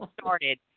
started